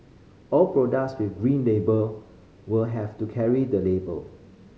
all products with Green Label will have to carry the label